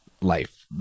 life